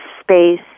space